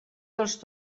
dels